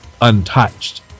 untouched